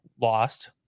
lost